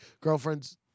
girlfriend's